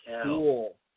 school